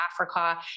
Africa